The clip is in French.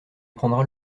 prendras